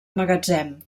magatzem